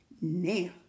now